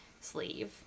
sleeve